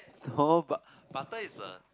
no but butter is a